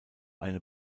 eine